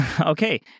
Okay